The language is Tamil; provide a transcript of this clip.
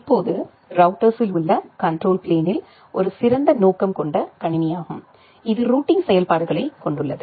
இப்போது ரௌட்டர்சில் உள்ள கண்ட்ரோல் பிளேனில் ஒரு சிறந்த நோக்கம் கொண்ட கணினியாகும் இது ரூட்டிங் செயல்பாடுகளை கொண்டுள்ளது